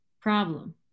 problem